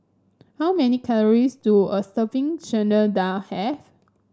how many calories do a serving Chana Dal have